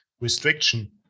restriction